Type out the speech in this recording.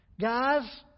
guys